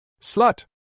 Slut